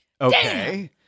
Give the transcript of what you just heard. Okay